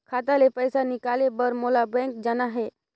खाता ले पइसा निकाले बर मोला बैंक जाना हे?